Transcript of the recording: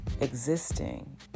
existing